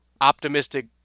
optimistic